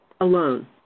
alone